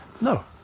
No